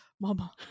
mama